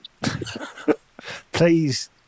please